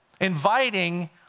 Inviting